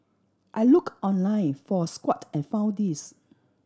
I look online for a squat and found this